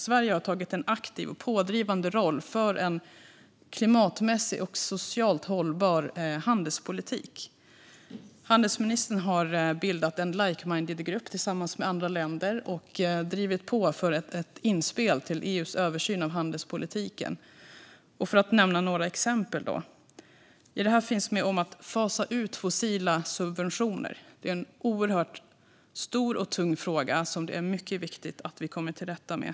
Sverige har tagit en aktiv och pådrivande roll för en klimatmässigt och socialt hållbar handelspolitik. Handelsministern har bildat en like-minded-grupp tillsammans med andra länder och drivit på för ett inspel till EU:s översyn av handelspolitiken. I det här ingår bland annat att fasa ut fossila subventioner; detta är en oerhört stor och tung fråga som det är mycket viktigt att vi kommer till rätta med.